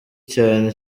cyane